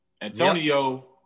Antonio